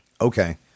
Okay